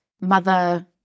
mother